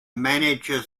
manager